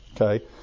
Okay